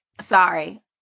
Sorry